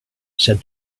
said